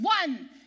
one